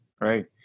right